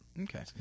Okay